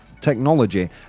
technology